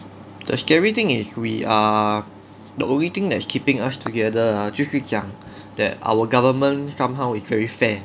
the scary thing is we are the only thing that's keeping us together ah 就是讲 that our government somehow is very fair